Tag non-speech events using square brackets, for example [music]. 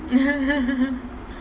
[laughs]